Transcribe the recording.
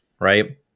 right